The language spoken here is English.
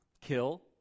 kill